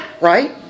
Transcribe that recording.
right